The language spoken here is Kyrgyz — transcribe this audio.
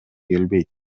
келбейт